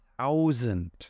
thousand